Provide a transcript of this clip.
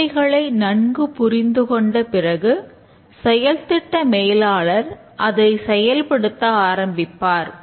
தேவைகளை நன்கு புரிந்து கொண்ட பிறகு செயல்திட்ட மேலாளர் அதை செயல்படுத்த ஆரம்பிப்பார்